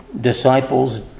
disciples